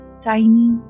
tiny